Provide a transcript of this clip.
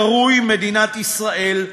הקרוי מדינת ישראל,